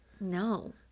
No